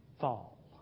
fall